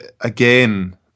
again